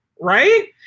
right